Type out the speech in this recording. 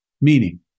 meaning